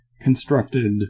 constructed